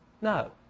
No